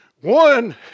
One